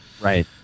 right